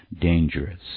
dangerous